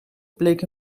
bleek